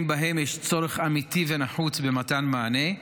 שבהם יש צורך אמיתי ונחוץ במתן מענה,